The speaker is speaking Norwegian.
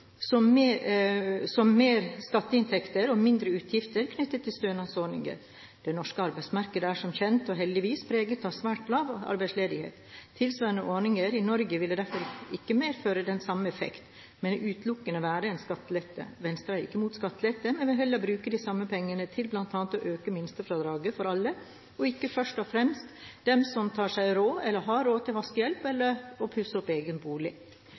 som mer i skatteinntekter og mindre utgifter knyttet til stønadsordninger. Det norske arbeidsmarkedet er som kjent – og heldigvis – preget av svært lav arbeidsledighet. Tilsvarende ordninger i Norge ville derfor ikke medført den samme effekten, men utelukkende vært en skattelette. Venstre er ikke imot skattelette, men vil heller bruke de samme pengene til bl.a. å øke minstefradraget for alle og ikke først og fremst for dem som tar seg råd til, eller har råd til, vaskehjelp eller å pusse opp egen bolig.